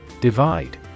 Divide